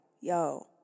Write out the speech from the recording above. yo